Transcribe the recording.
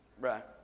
Right